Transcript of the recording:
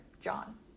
John